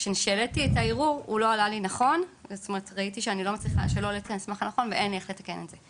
כשהעליתי את הערעור הוא לא עלה לי נכון ואין לי איך לתקן את זה.